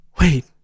wait